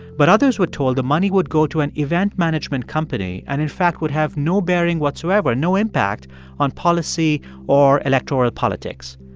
but others were told the money would go to an event management company and, in fact, would have no bearing whatsoever, no impact on policy or electoral politics.